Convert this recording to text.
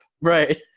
Right